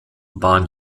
waren